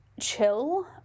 chill